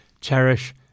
cherish